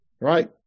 Right